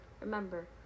Remember